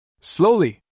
Slowly